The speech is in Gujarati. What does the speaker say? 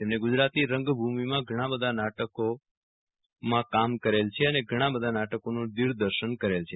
તેમને ગુજરાતી રંગભૂમિમાં ઘણા બધા નાટકોમાં કામ કરેલ છે અને ઘણાં બધાં નાટકોનું દિગ્દર્શન કરેલ છે